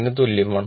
23 തുല്യമാണ്